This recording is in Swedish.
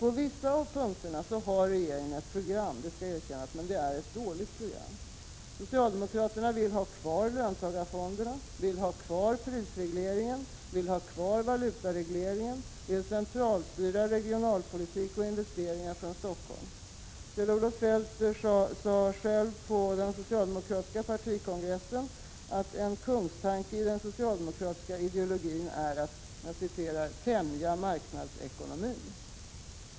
På vissa av punkterna har regeringen ett program — det skall erkännas — men det är ett dåligt program. Socialdemokraterna vill ha kvar löntagarfonderna, vill ha kvar prisregleringen, vill ha kvar valutaregleringen, vill centralstyra regionalpolitik och investeringar från Stockholm. Kjell-Olof Feldt sade själv på den socialdemokratiska partikongressen att en kungstanke i den socialdemokratiska ideologin är att ”tämja marknadsekonomin”.